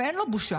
ואין לו בושה.